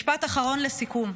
משפט אחרון לסיכום: